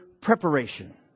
preparation